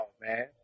man